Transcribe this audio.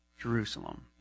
Jerusalem